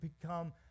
become